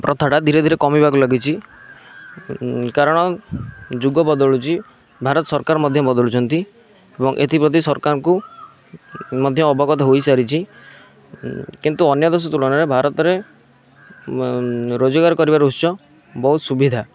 ପ୍ରଥାଟା ଧୀରେ ଧୀରେ କମିବାକୁ ଲାଗିଛି କାରଣ ଯୁଗ ବଦଳୁଛି ଭାରତ ସରକାର ମଧ୍ୟ ବଦଳୁଛନ୍ତି ଏବଂ ଏଥିପ୍ରତି ସରକାରଙ୍କୁ ମଧ୍ୟ ଅବଗତ ହୋଇସାରିଛି କିନ୍ତୁ ଅନ୍ୟଦେଶ ତୁଳନାରେ ଭାରତରେ ରୋଜଗାର କରିବାର ଉତ୍ସ ବହୁତ ସୁବିଧା